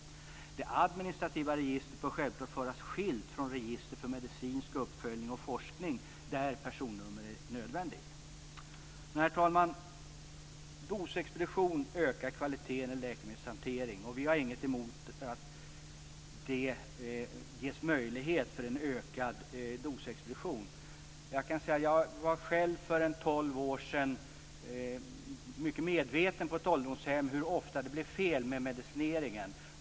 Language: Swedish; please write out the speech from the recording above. Det administrativa registret bör självklart föras skilt från registret för medicinsk uppföljning och forskning, där personnummer är nödvändigt. Herr talman! Dosexpedition ökar kvaliteten i läkemedelshanteringen, och vi har inget att invända mot att en utökad dosexpedition möjliggörs. Jag var själv för tolv år sedan på ett ålderdomshem mycket medveten om hur ofta det blev fel på medicineringen.